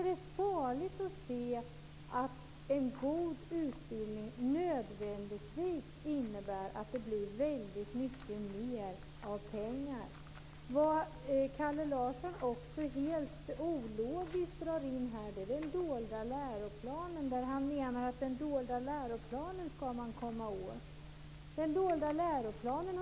Det är farligt att se att en god utbildning nödvändigtvis innebär att det blir mycket mer av pengar. Kalle Larsson drar helt ologiskt in den dolda läroplanen. Han menar att man skall komma åt den dolda läroplanen.